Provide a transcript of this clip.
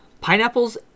Pineapples